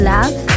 Love